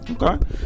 Okay